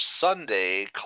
Sunday